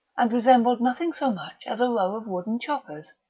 and resembled nothing so much as a row of wooden choppers,